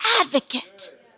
advocate